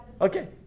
Okay